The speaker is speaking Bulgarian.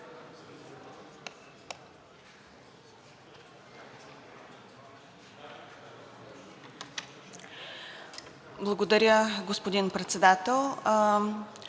Благодаря, господин Председател.